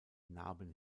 narben